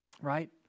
Right